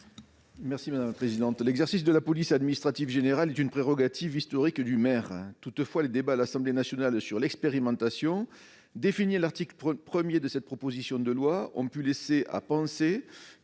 M. Alain Marc. L'exercice de la police administrative générale est une prérogative historique du maire. Toutefois, les débats à l'Assemblée nationale sur l'expérimentation créée à l'article 1 de cette proposition de loi ont pu laisser penser